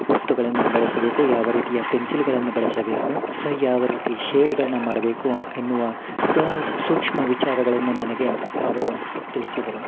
ವಸ್ತುಗಳನ್ನು ಬಳಸಬೇಕು ಯಾವ ರೀತಿಯ ಪೆನ್ಸಿಲ್ಗಳನ್ನ ಬಳಸಬೇಕು ಸ ಯಾವ ರೀತಿ ಶೇಡ್ಗಳನ್ನ ಮಾಡಬೇಕು ಎನ್ನುವ ಕಾ ಸೂಕ್ಷ್ಮ ವಿಚಾರಗಳನ್ನ ನನಗೆ ಅವರು ತಿಳಿಸಿದರು